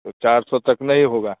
तो चार सौ तक नहीं होगा